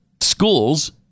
schools